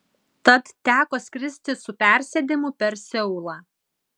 tad teko skristi su persėdimu per seulą